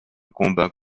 combat